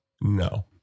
no